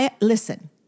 listen